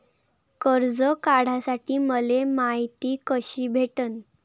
कर्ज काढासाठी मले मायती कशी भेटन?